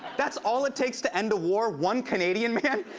that's all it takes the end a war, one canadian man?